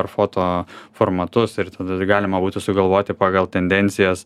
ar foto formatus ir tada galima būtų sugalvoti pagal tendencijas